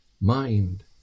mind